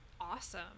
awesome